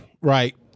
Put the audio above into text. right